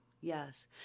Yes